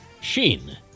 Sheen